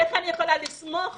איך אני יכולה לסמוך